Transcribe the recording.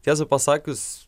tiesą pasakius